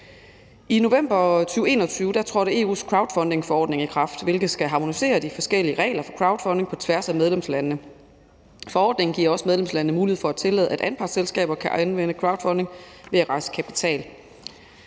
I november 2021 trådte EU's crowdfundingforordning i kraft, hvilket skal harmonisere de forskellige regler for crowdfunding på tværs af medlemslandene. Forordningen giver også medlemslandene mulighed for at tillade, at anpartsselskaber kan anvende crowdfunding til at rejse kapital.